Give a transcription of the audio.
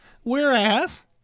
Whereas